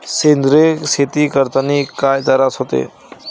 सेंद्रिय शेती करतांनी काय तरास होते?